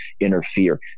interfere